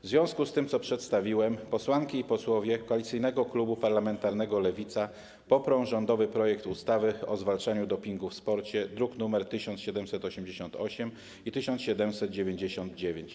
W związku z tym, co przedstawiłem, posłanki i posłowie Koalicyjnego Klubu Parlamentarnego Lewicy poprą rządowy projekt ustawy o zwalczaniu dopingu w sporcie, druki nr 1788 i 1799.